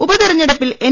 ഉപതെരഞ്ഞെടുപ്പിൽ എൻ